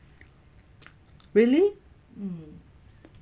really